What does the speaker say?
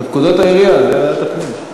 פקודת העיריות זה ועדת הפנים.